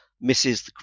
misses